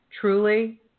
truly